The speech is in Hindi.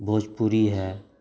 भोजपुरी है